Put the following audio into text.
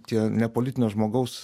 tie ne politinio žmogaus